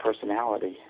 personality